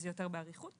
האבעבועות